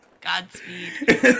Godspeed